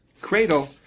cradle